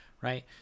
right